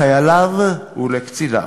לחייליו ולקציניו,